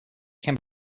can